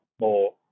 more